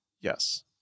Yes